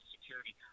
security